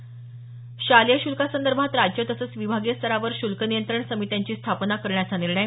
स शालेय शुल्कासंदर्भात राज्य तसंच विभागीय स्तरावर शुल्क नियंत्रण समित्यांची स्थापना करण्याचा निर्णय